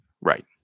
right